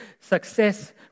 success